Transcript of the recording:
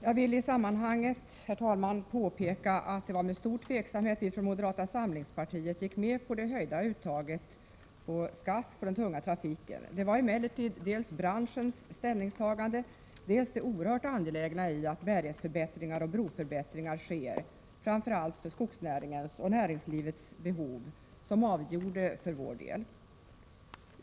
Jag vill, herr talman, i sammanhanget påpeka att det var med stor tveksamhet som vi från moderata samlingspartiet gick med på skattehöjningen på den tunga trafiken. Det var emellertid dels branschens ställningstagande, dels det oerhört angelägna i att bärighetsförbättringar och broförbättringar sker för framför allt skogsnäringens och näringslivets behov som avgjorde för vår del.